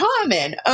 common